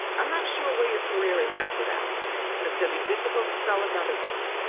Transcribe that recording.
i'm not sure where your career is after that because going to be difficult to sell another book.